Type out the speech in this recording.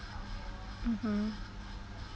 mmhmm